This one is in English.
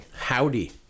Howdy